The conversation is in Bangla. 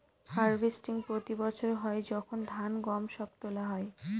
হার্ভেস্টিং প্রতি বছর হয় যখন ধান, গম সব তোলা হয়